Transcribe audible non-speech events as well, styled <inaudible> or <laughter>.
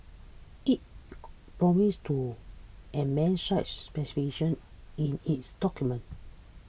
it <unintelligible> promised to amend such specifications in its documents